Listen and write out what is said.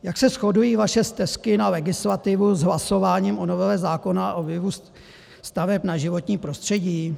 Jak se shodují vaše stesky na legislativu s hlasováním o novele zákona o vlivu staveb na životní prostředí?